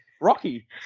rocky